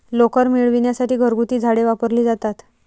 लोकर मिळविण्यासाठी घरगुती झाडे वापरली जातात